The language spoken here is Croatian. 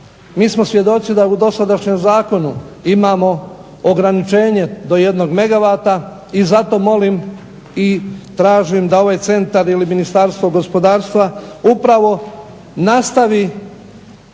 Mi smo svjedoci da u dosadašnjem zakonu imamo ograničenje do jednog mega vata i zato molim i tražim da ovaj centar ili Ministarstvo gospodarstva upravo nastavi